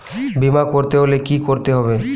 বিমা করতে হলে কি করতে হবে?